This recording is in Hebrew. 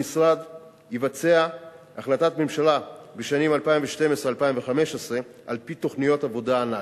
המשרד יבצע החלטת ממשלה בשנים 2012 2015 על-פי תוכניות עבודה הנ"ל,